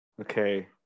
Okay